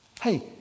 Hey